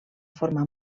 formar